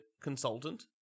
consultant